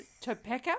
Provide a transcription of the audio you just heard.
Topeka